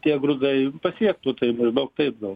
tie grūdai pasiektų tai maždaug taip gal